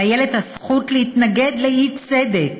לילד הזכות להתנגד לאי-צדק.